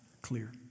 clear